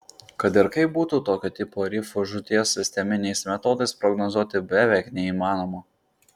kad ir kaip būtų tokio tipo rifų žūties sisteminiais metodais prognozuoti beveik neįmanoma